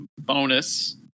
bonus